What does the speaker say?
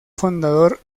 fundador